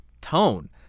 tone